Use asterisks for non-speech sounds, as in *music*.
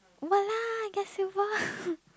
!walao! I get silver *breath*